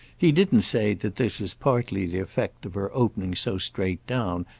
he didn't say that this was partly the effect of her opening so straight down,